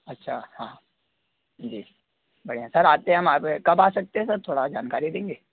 अच्छा हाँ जी बढ़िया सर आते हैं हम आप कब आ सकते हैं सर थोड़ी जानकारी देंगे